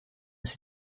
sie